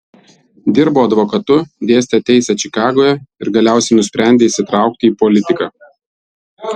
dirbo advokatu dėstė teisę čikagoje ir galiausiai nusprendė įsitraukti į politiką